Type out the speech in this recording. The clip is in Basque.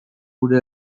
gure